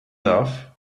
love